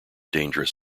dangerous